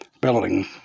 building